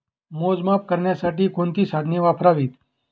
मोजमाप करण्यासाठी कोणती साधने वापरावीत?